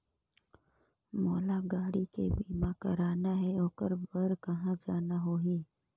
मोला गाड़ी के बीमा कराना हे ओकर बार कहा जाना होही?